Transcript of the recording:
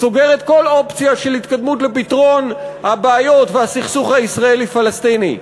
סוגרת כל אופציה של התקדמות לפתרון הבעיות והסכסוך הישראלי פלסטיני.